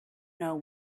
know